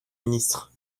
ministre